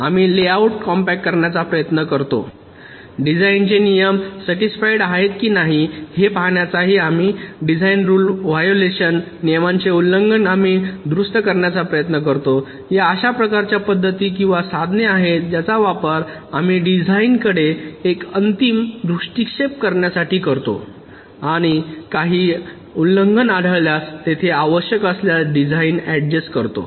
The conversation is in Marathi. आम्ही लेआउट कॉम्पॅक्ट करण्याचा प्रयत्न करतो डिझाइनचे नियम सॅटिसफाईड आहेत की नाही हे पाहण्याचा आम्ही काही डिझाइन रूल वायोलेशन नियमांचे उल्लंघन आम्ही दुरुस्त करण्याचा प्रयत्न करतो या अशा प्रकारच्या पद्धती किंवा साधने आहेत ज्यांचा वापर आम्ही डिझाइनकडे एक अंतिम दृष्टीक्षेप करण्यासाठी करतो आणि काही उल्लंघन आढळल्यास तेथे आवश्यक असल्यास डिझाइन अड्जस्ट करतो